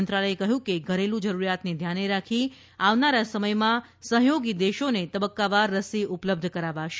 મંત્રાલયે કહ્યું કે ધરેલુ જરૂરીયાતને ધ્યાને રાખી આવનારા સમયમાં સહયોગી દેશોને તબકકાવાર રસી ઉપલબ્ધ કરાવાશે